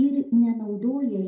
ir nenaudoja